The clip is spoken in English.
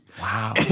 Wow